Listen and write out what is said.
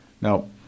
Now